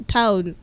town